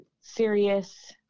serious